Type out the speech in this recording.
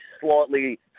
slightly